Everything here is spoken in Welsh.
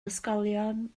ysgolion